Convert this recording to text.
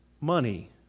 money